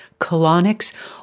colonics